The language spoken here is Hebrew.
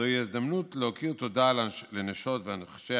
זוהי ההזדמנות להכיר תודה לנשות ואנשי